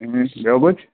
हूं ॿियो कुझु